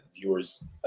viewer's